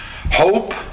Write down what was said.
Hope